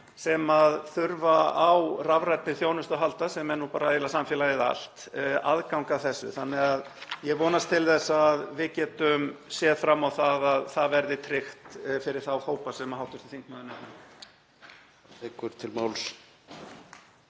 sem þurfa á rafrænni þjónustu að halda, sem er nú bara eiginlega samfélagið allt, aðgang að þessu. Ég vonast til þess að við getum séð fram á það að það verði tryggt fyrir þá hópa sem hv. þingmaður